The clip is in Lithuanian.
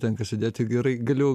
tenka sėdėti gerai giliau